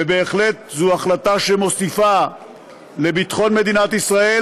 ובהחלט זו החלטה שמוסיפה לביטחון מדינת ישראל,